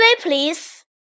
please